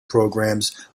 programs